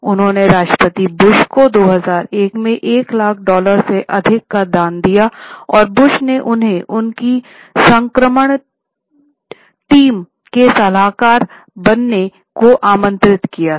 उन्होंने राष्ट्रपति बुश को 2001 में 1 लाख डॉलर से अधिक का दान दिया और बुश ने उन्हें उनकी संक्रमण टीम के सलाहकार बनने को आमंत्रित किया था